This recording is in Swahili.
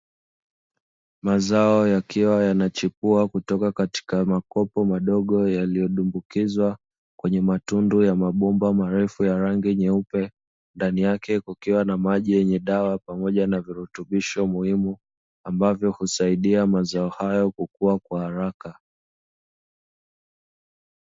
Mazao yakiwa yanachipua kutoka katika makopo madogo, yaliyodumbukizwa kwenye matundu ya mabomba marefu ya rangi nyeupe, ndani yake kukiwa na maji yenye dawa pamoja na virutubisho muhimu ambavyo husaidia mazao hayo kukua kwa haraka.